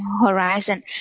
horizon